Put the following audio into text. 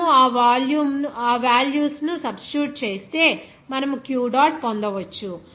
మనము ఆ వాల్యూస్ ను సబ్స్టిట్యూట్ చేస్తే మనము Q డాట్ పొందవచ్చు